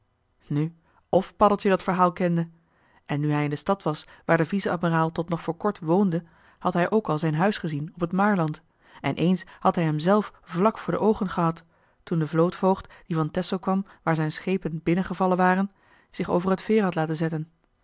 nu f paddeltje dat verhaal kende en nu hij in de stad was waar de vice-admiraal tot nog voor kort woonde had hij ook al zijn huis gezien op het maarland en eens had hij hem zelf vlak voor de oogen gehad toen de vlootvoogd die van texel kwam waar zijn schepen binnengevallen waren zich over het veer had laten zetten